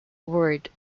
word